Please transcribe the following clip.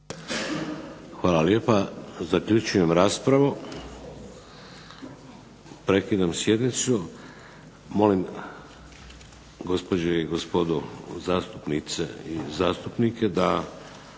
Hvala lijepa. Zaključujem raspravu. Prekidam sjednicu. Molim gospođe i gospodu zastupnike i zastupnike da